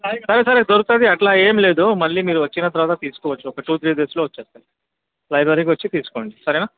సరే సరే దొరుకుతుంది అలా ఏమి లేదు మళ్ళీ మీరు వచ్చిన తరువాత తీసుకోవచ్చు ఒక టూ త్ర డేస్లో వచ్చేస్తుంది లైబ్రరీకి వచ్చి తీసుకోండి సరేనా